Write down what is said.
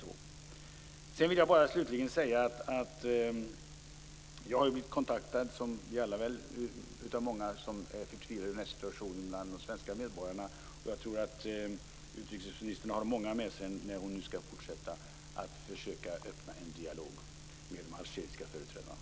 Slutligen vill jag bara säga att jag har blivit kontaktad av många svenska medborgare som är förtvivlade över situationen i Algeriet. Jag tror att utrikesministern har många med sig när hon nu skall fortsätta att försöka öppna en dialog med de algeriska företrädarna.